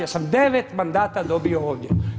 Ja sam 9 mandata dobio ovdje.